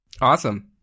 Awesome